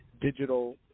digital